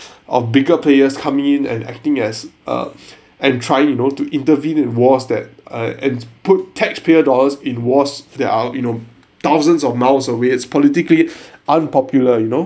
of bigger players coming in and acting as uh and trying you know to intervene in wars that uh and put taxpayer dollars in wars there are you know thousands of miles away it's politically unpopular you know